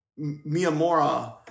Miyamura